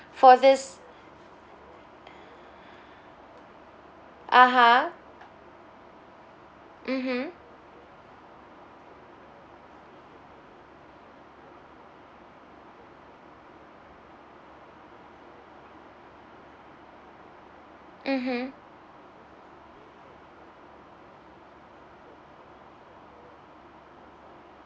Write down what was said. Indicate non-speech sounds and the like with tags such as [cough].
for this [breath] (uh huh) mmhmm mmhmm